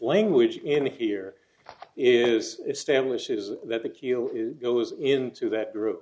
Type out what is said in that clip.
language in here is establishes that the keel is goes into that group